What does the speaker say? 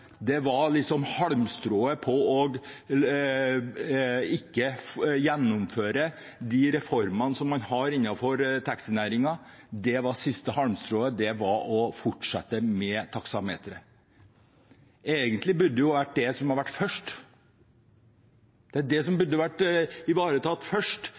Det var liksom halmstrået for ikke å gjennomføre de reformene man har innenfor taxinæringen. Det siste halmstrået var å fortsette med taksameteret. Egentlig burde jo det ha kommet først. Det er det som burde blitt ivaretatt først